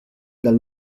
dal